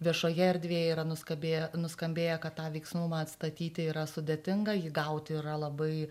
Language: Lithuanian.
viešoje erdvėje yra nuskambėję nuskambėję kad tą veiksnumą atstatyti yra sudėtinga jį gauti yra labai